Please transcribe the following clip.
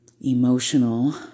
emotional